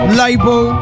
label